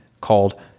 called